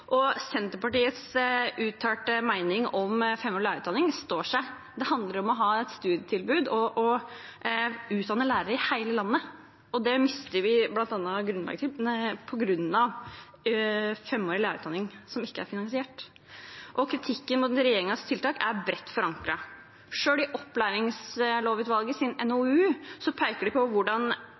Senterpartiets uttalte mening om femårig lærerutdanning står seg. Det handler om å ha et studietilbud og å utdanne lærere i hele landet. Det mister vi bl.a. grunnlaget for på grunn av en femårig lærerutdanning som ikke er finansiert. Kritikken mot regjeringens tiltak er bredt forankret. Selv i opplæringslovutvalgets NOU pekte de på hvordan